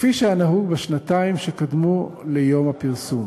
כפי שהיה נהוג בשנתיים שקדמו ליום הפרסום".